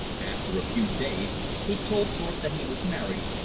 after a few days he told thorpe that he was married,